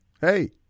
Hey